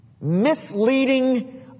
misleading